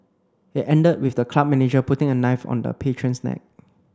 it ended with the club manager putting a knife on the patron's neck